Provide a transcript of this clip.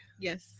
Yes